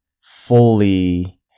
fully